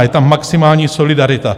Je tam maximální solidarita.